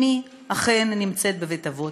אמי אכן נמצאת בבית-אבות,